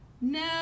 No